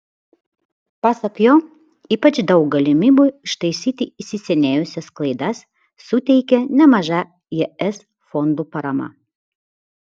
pasak jo ypač daug galimybių ištaisyti įsisenėjusias klaidas suteikė nemaža es fondų parama